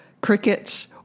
crickets